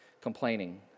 Complaining